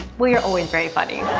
well you're always very funny.